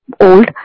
old